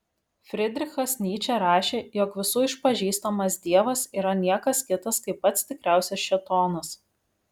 fridrichas nyčė rašė jog visų išpažįstamas dievas yra niekas kitas kaip pats tikriausias šėtonas